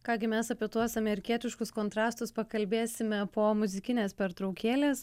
ką gi mes apie tuos amerikietiškus kontrastus pakalbėsime po muzikinės pertraukėlės